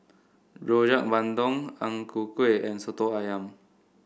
Rojak Bandung Ang Ku Kueh and Soto ayam